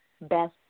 best